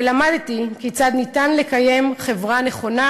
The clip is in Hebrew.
ולמדתי כיצד אפשר לקיים חברה נכונה,